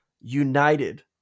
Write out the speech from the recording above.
united